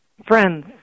Friends